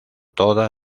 toda